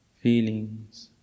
feelings